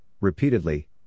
repeatedly